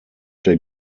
der